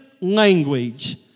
language